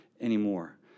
anymore